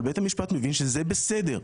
אבל בית המשפט מבין שזה בסדר.